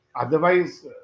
otherwise